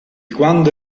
quando